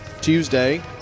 Tuesday